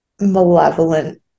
malevolent